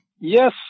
Yes